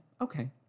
Okay